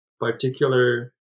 particular